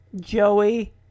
Joey